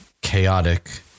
chaotic